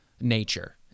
nature